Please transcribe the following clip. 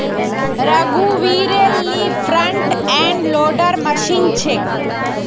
रघुवीरेल ली front end loader machine छेक